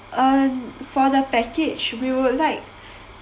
for the package we would like